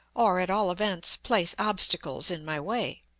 or, at all events, place obstacles in my way.